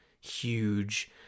huge